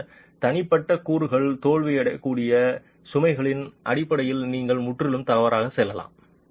இந்த தனிப்பட்ட கூறுகள் தோல்வியடையக்கூடிய சுமைகளின் அடிப்படையில் நீங்கள் முற்றிலும் தவறாக செல்லலாம்